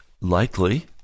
likely